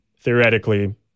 theoretically